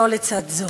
זו לצד זו.